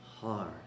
hard